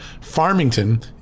Farmington